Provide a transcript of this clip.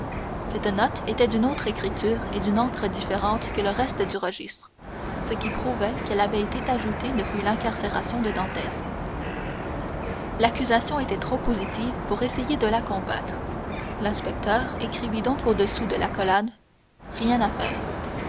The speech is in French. cette note était d'une autre écriture et d'une encre différente que le reste du registre ce qui prouvait qu'elle avait été ajoutée depuis l'incarcération de dantès l'accusation était trop positive pour essayer de la combattre l'inspecteur écrivit donc au-dessous de l'accolade rien à faire